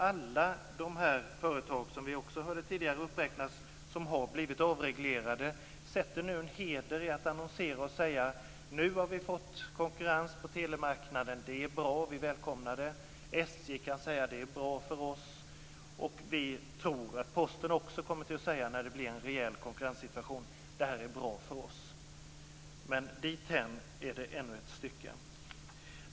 Alla de företag, vilka vi tidigare hörde uppräknas, som har blivit avreglerade sätter nu en heder i att annonsera och säga: Nu har vi fått konkurrens på telemarknaden. Det är bra. Vi välkomnar det. SJ kan säga: Det är bra för oss. Vi tror att också Posten, när det blir en reell konkurrenssituation, kommer att säga: Det här är bra för oss. Men dithän är det ännu ett stycke.